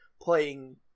playing